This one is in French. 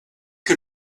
que